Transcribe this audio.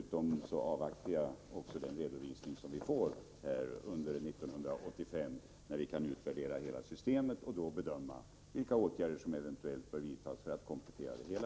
Dessutom avvaktar jag den redovisning som vi kommer att få under 1985 då vi kan utvärdera hela systemet och bedöma vilka åtgärder som eventuellt bör vidtas för att komplettera det hela.